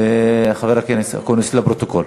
חבר הכנסת אקוניס, לפרוטוקול.